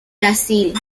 brasil